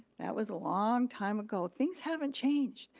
that was a long time ago. things haven't changed,